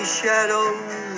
shadows